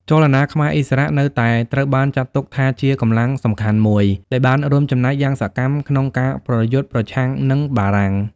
ចលនាខ្មែរឥស្សរៈនៅតែត្រូវបានចាត់ទុកថាជាកម្លាំងសំខាន់មួយ ដែលបានរួមចំណែកយ៉ាងសកម្មក្នុងការប្រយុទ្ធប្រឆាំងនឹងបារាំង។